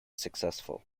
successful